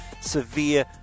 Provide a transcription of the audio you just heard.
severe